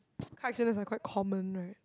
car accidents are quite common right